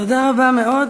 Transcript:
תודה רבה מאוד.